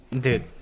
dude